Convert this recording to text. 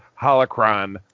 Holocron